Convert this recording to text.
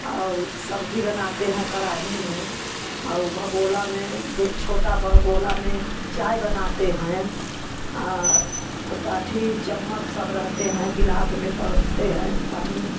और सब्जी बनाते हैं कराही में और भगौना में छोटा भगौना में चाय बनाते हैं और टाठी चम्मच सब रहते हैं गिलास में परोसते हैं पानी